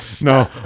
No